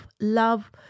love